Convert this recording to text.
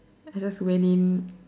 I just went in